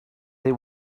they